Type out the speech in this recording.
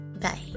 Bye